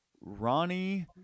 Ronnie